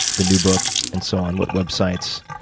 the new book, and so on? what websites,